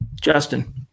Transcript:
Justin